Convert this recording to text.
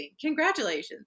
Congratulations